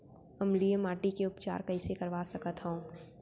अम्लीय माटी के उपचार कइसे करवा सकत हव?